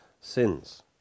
sins